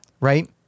Right